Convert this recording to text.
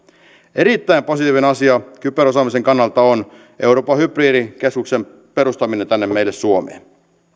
erittäin positiivinen asia kyberosaamisen kannalta on euroopan hybridikeskuksen perustaminen tänne meille suomeen